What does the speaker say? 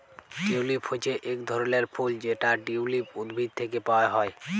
tulip হচ্যে এক ধরলের ফুল যেটা টিউলিপ উদ্ভিদ থেক্যে পাওয়া হ্যয়